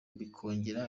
bikongera